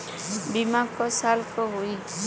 बीमा क साल क होई?